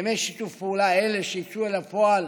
הסכמי שיתוף פעולה אלה שיצאו אל הפועל